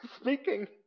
speaking